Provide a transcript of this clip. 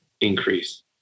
increase